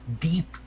deep